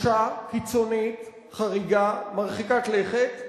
קודם כול, פגיעה קשה, קיצונית, חריגה, מרחיקת לכת,